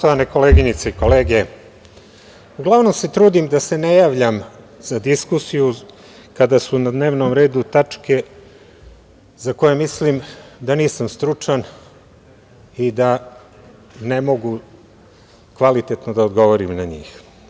Poštovane koleginice i kolege, uglavnom se trudim da se ne javljam za diskusiju kada su na dnevnom redu tačke za koje mislim da nisam stručan i da ne mogu kvalitetno da odgovorim na njih.